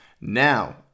Now